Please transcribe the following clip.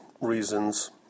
reasons